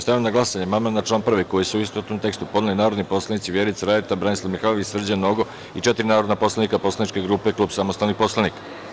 Stavljam na glasanje amandman na član 1. koji su u istovetnom tekstu podneli narodni poslanici Vjerica Radeta, Branislav Mihajlović, Srđan Nogo i četiri narodna poslanika poslaničke grupe Klub samostalnih poslanika.